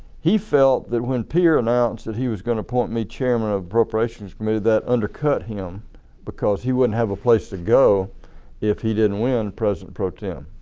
he felt that when pierre announced that he was going to appoint me chairman of the appropriations committee that undercut him because he won't have a place to go if he didn't win president pro-tempore.